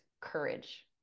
courage